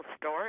store